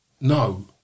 no